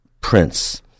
prince